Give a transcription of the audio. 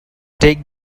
take